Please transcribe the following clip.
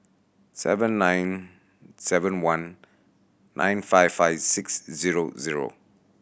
seven nine seven one nine five five six zero zero